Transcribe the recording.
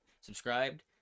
subscribed